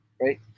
right